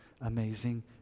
amazing